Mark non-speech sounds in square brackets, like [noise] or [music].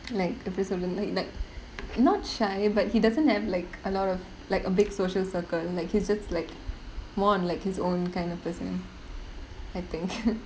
like எப்படி சொல்வேன்:eppadi solvaen like not shy but he doesn't have like a lot of like a big social circle like he's just like more on like his own kind of person I think [laughs]